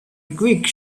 quick